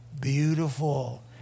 beautiful